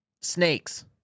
snakes